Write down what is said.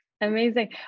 Amazing